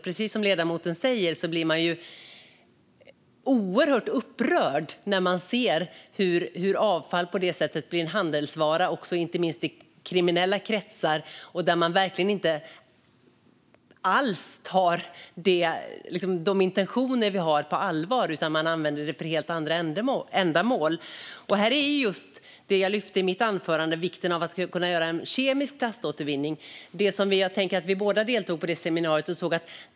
Precis som ledamoten säger blir man oerhört upprörd när man ser hur avfall blir en handelsvara inte minst i kriminella kretsar. Där tar de verkligen inte alls de intentioner vi har på allvar, utan de använder det för helt andra ändamål. Det gäller just det som jag lyfte fram i mitt anförande. Det handlar om vikten av att kunna göra en kemisk plaståtervinning. Vi deltog båda på det seminarium som nämndes.